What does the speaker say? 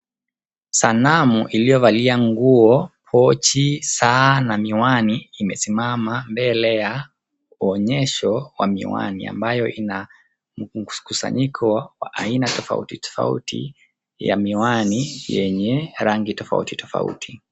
Sanamu iliyovalia nguo, pochi, saa na miwani imesimama mbele ya onyesho wa miwani ambayo ina mkusanyiko wa aina tofauti tofauti ya miwani yenye rangi tofauti tofauti.